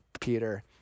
Peter